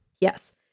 Yes